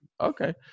okay